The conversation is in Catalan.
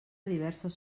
diverses